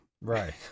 Right